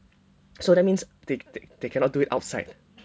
so that means that they they cannot do it outside